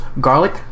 garlic